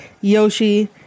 yoshi